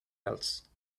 else